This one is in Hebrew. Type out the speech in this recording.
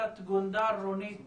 תת גונדר רונית זר.